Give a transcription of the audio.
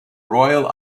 royal